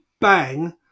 bang